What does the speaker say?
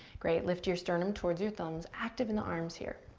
great. lift your sternum towards your thumbs. active in the arms here.